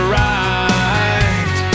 right